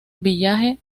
village